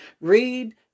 Read